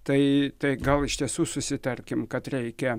tai tai gal iš tiesų susitarkim kad reikia